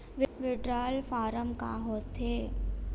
withdrawal form का होथेय